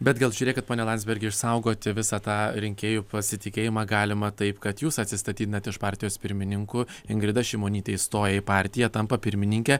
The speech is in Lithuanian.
bet gal žiūrėkit kad pone landsbergi išsaugoti visą tą rinkėjų pasitikėjimą galima taip kad jūs atsistatydinat iš partijos pirmininkų ingrida šimonytė įstoja į partiją tampa pirmininke